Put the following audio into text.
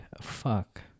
fuck